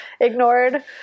ignored